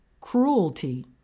cruelty